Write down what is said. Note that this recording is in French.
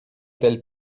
telle